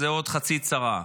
זה עוד חצי צרה.